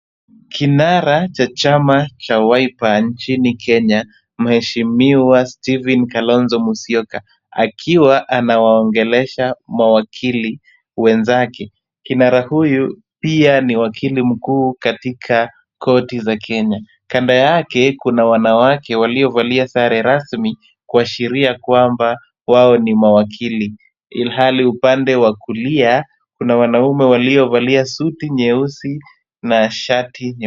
Kinara cha chama cha Wiper nchini Kenya mheshimiwa Stephen Kalonzo Musyoka, akiwa anawaongelesha mawakili wenzake. Kinara huyu pia ni wakili mkuu katika korti za Kenya. Kando yake kuna wanawake waliovalia sare rasmi kuashiria kwamba wao ni mawakili, ilhali upande wa kulia kuna wanaume waliovalia suti nyeusi na shati nyeupe.